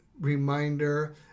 reminder